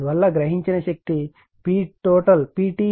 అందువల్ల గ్రహించిన మొత్తం శక్తి PT P1 P2 P3